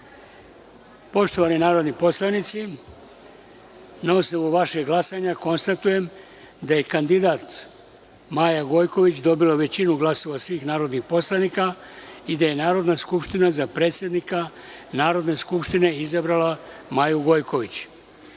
jedan. Poštovani narodni poslanici, na osnovu vašeg glasanja, konstatujem da je kandidat Maja Gojković dobila većinu glasova svih narodnih poslanika i da je Narodna skupština za predsednika Narodne skupštine izabrala Maju